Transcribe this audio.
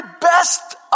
best